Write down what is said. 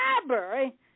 library